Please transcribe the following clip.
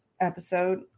episode